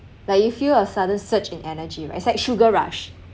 like you feel a sudden surge in energy it's like sugar rush